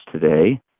today